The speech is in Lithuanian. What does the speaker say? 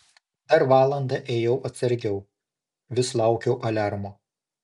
dar valandą ėjau atsargiau vis laukiau aliarmo